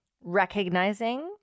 recognizing